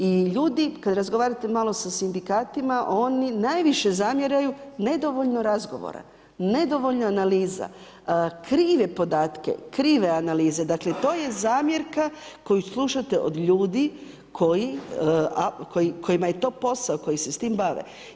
I ljudi kad razgovarate malo sa sindikatima oni najviše zamjeraju ne dovoljno razgovora, nedovoljno analiza, krive podatke, krive analize, dakle to je zamjerka koju slušate od ljudi koji, kojima je to posao, koji se s tim bave.